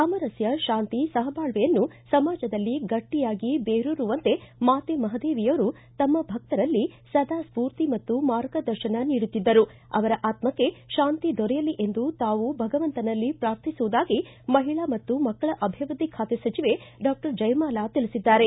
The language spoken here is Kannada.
ಸಾಮರಸ್ತ ಶಾಂತಿ ಸಹಬಾಳ್ವೆಯನ್ನು ಸಮಾಜದಲ್ಲಿ ಗಟ್ಟಿಯಾಗಿ ಬೇರೂರುವಂತೆ ಮಾತೆ ಮಹಾದೇವಿಯವರು ತಮ್ಮ ಭಕ್ತರಲ್ಲಿ ಸದಾ ಸ್ಫೂರ್ಟಿ ಮತ್ತು ಮಾರ್ಗದರ್ಶನ ನೀಡುತ್ತಿದ್ದರು ಅವರ ಆತ್ಮಕ್ಷೆ ಶಾಂತಿ ದೊರೆಯಲಿ ಎಂದು ತಾವು ಭಗವಂತನಲ್ಲಿ ಪೂರ್ಥಿಸುವುದಾಗಿ ಮಹಿಳಾ ಮತ್ತು ಮಕ್ಕಳ ಅಭಿವೃದ್ಧಿ ಬಾತೆ ಸಚಿವೆ ಡಾಕ್ಟರ್ ಜಯಮಾಲಾ ತಿಳಿಸಿದ್ದಾರೆ